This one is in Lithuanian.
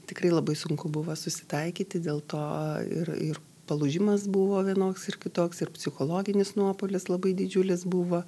tikrai labai sunku buvo susitaikyti dėl to ir ir palūžimas buvo vienoks ir kitoks ir psichologinis nuopuolis labai didžiulis buvo